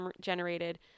generated